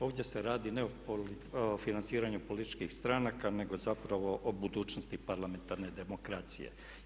Ovdje se radi ne o financiranju političkih stranaka nego zapravo o budućnosti parlamentarne demokracije.